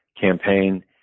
campaign